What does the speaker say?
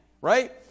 right